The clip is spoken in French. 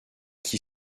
qui